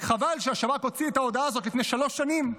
רק חבל שהשב"כ הוציא את ההודעה הזאת לפני שלוש שנים,